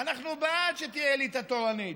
אנחנו בעד שתהיה אליטה תורנית.